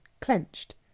clenched